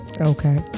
Okay